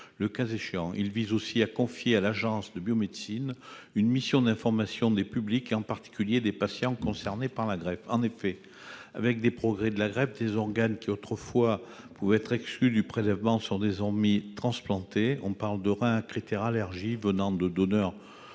le cas échéant. Il vise aussi à confier à l'Agence de la biomédecine une mission d'information des publics, en particulier des patients concernés par la greffe. En effet, avec les progrès de la greffe, des organes qui autrefois pouvaient être exclus du prélèvement sont désormais transplantés. On parle de reins « à critères élargis » venant de donneurs